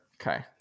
Okay